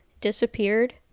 disappeared